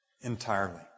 entirely